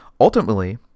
Ultimately